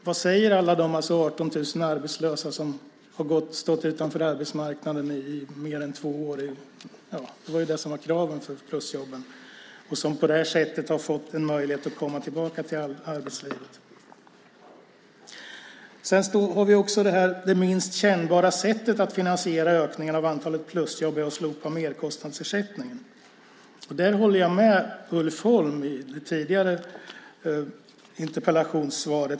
Vad säger alla de 18 000 arbetslösa som har stått utanför arbetsmarknaden i mer än två år - det var ju det som var kravet för plusjobben - och som på det här sättet har fått en möjlighet att komma tillbaka till arbetslivet? "Det minst kännbara sättet att finansiera ökningen av antalet plusjobb är att slopa merkostnadsersättningen", står det också i interpellationssvaret.